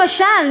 למשל,